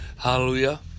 Hallelujah